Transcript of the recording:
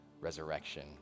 resurrection